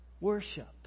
worship